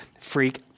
freak